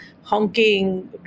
honking